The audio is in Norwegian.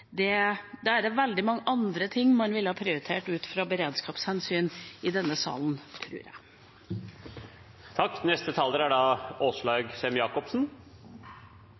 det er veldig mange andre ting man i denne salen ville ha prioritert ut fra beredskapshensyn, tror jeg. Jeg snakker ikke om framtidens beredskap, jeg